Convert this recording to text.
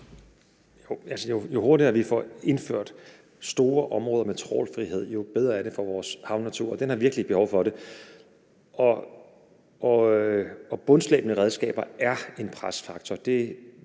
Jo hurtigere vi får indført store områder med trawlfrihed, jo bedre er det for vores havnatur, og den har virkelig behov for det. Bundslæbende redskaber er en presfaktor.